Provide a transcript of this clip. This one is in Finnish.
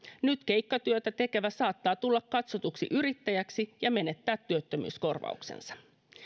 nyt keikkatyötä tekevä saattaa tulla katsotuksi yrittäjäksi ja menettää työttömyyskorvauksensa